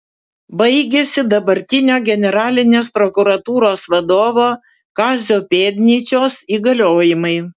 baigiasi dabartinio generalinės prokuratūros vadovo kazio pėdnyčios įgaliojimai